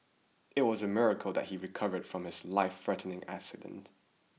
it was a miracle that he recovered from his lifethreatening accident